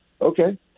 okay